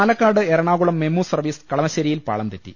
Palakkad Ernakulam MEMU service കളമശ്ശേരിയിൽ പാളം തെറ്റി